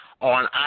on